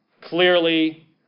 clearly